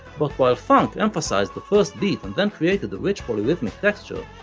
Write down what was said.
but while funk emphasized the first beat and then created a rich polyrhythmic texture,